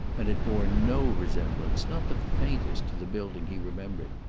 and it bore no resemblance, not the faintest, to the building he remembered.